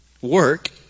Work